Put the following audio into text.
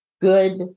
good